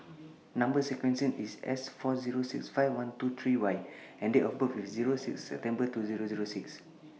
Number sequence IS S four Zero six five one two three Y and Date of birth IS Zero six September two Zero Zero six